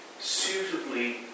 suitably